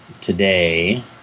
today